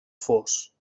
fos